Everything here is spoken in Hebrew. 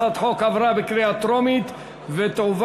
הצעת החוק עברה בקריאה טרומית ותועבר